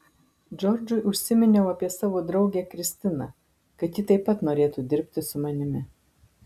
džordžui užsiminiau apie savo draugę kristiną kad ji taip pat norėtų dirbti su manimi